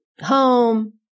home